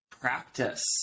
practice